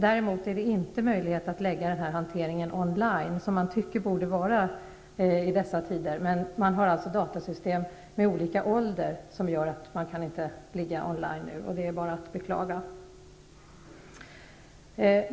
Däremot är det inte möjligt att lägga upp denna hantering on line, som man tycker att det borde vara i dessa tider. Med hänsyn till att man har datasystem av olika ålder kan man inte arbeta med detta on line, och det är bara att beklaga.